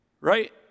Right